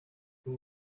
kuri